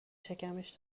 شکمش